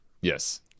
yes